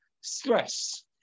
stress